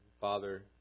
Father